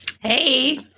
Hey